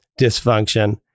dysfunction